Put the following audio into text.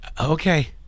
Okay